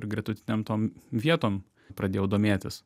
ir gretutinėm tom vietom pradėjau domėtis